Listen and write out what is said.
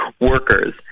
workers